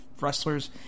wrestlers